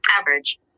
average